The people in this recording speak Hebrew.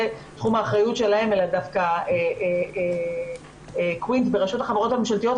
זה תחום האחריות שלהם אלא דווקא קוינט ברשות החברות הממשלתיות,